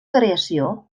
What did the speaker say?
creació